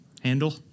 handle